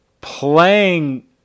playing